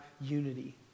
unity